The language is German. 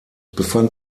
befand